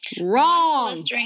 Wrong